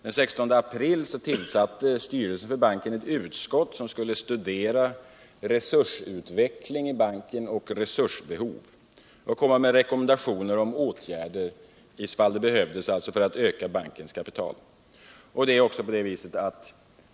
Den 16 april tillsatte bankens styrelse ett utskott som skulle studera resultatutveckling och resursbehov i banken och komma med rekommendationer om åtgärder ifall det behövdes för att öka bankens kapital.